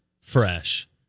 fresh